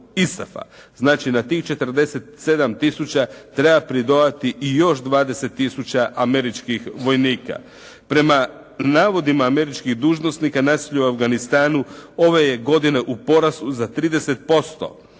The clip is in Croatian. Znači na tih 47 tisuća treba pridodati i još 20 tisuća američkih vojnika. Prema navodima američkih dužnosnika nasilje u Afganistanu ove je godine u porastu za 30%.